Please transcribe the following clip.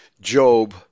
Job